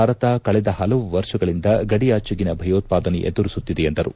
ಭಾರತ ಕಳೆದ ಹಲವು ವರ್ಷಗಳಿಂದ ಗಡಿಯಾಚೆಗಿನ ಭಯೋತ್ವಾದನೆ ಎದುರಿಸುತ್ತಿದೆ ಎಂದರು